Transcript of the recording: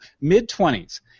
mid-twenties